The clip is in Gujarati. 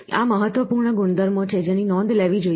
આ મહત્વપૂર્ણ ગુણધર્મો છે જેની નોંધ લેવી જોઈએ